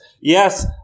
Yes